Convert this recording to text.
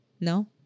No